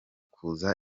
kuza